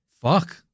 Fuck